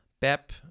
Pep